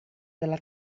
della